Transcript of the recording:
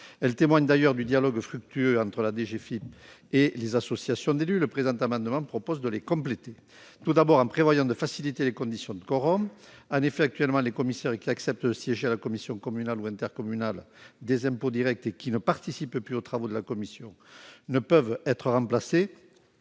Elles témoignent d'ailleurs du dialogue fructueux entre la DGFiP et les associations d'élus. Le présent amendement vise à les compléter. Tout d'abord, en prévoyant de faciliter les conditions de quorum. En effet, actuellement, les commissaires qui acceptent de siéger à la commission communale ou intercommunale des impôts directs et qui ne participent plus aux travaux de la commission ne peuvent être remplacés